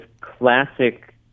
classic